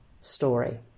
story